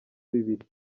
bibiri